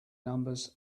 numbers